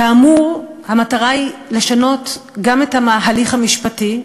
כאמור, המטרה היא לשנות גם את ההליך המשפטי.